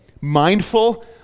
mindful